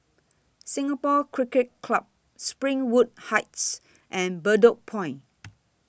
Singapore Cricket Club Springwood Heights and Bedok Point